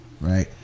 Right